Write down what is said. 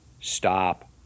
stop